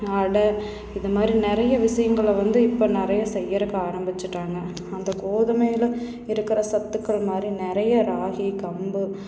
அடை இது மாதிரி நிறையா விஷயங்கள வந்து இப்போ நிறையா செய்யறக்க ஆரம்பித்துட்டாங்க அந்த கோதுமையில் இருக்கிற சத்துக்கள் மாதிரி நிறையா ராகி கம்பு